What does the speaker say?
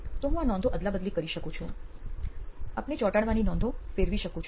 તો હું નોંધો અદલાબદલી કરી શકું આપની ચોંટાડવાની નોંધો ફેરવી શકું